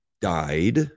died